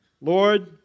Lord